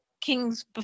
kings